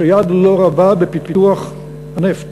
שיד לו רבה בפיתוח הנפט,